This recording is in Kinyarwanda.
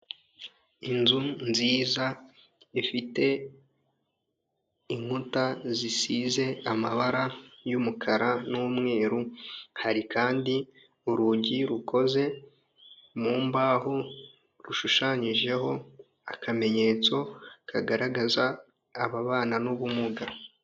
Inzu nziza ifite inkuta zisize amabara yumukara n'umweru, hari kandi urugi rukoze mu mbaho rushushanyijeho akamenyetso kagaragaza ababana n'ubumuga.